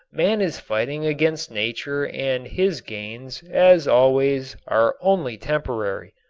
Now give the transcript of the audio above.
man is fighting against nature and his gains, as always, are only temporary.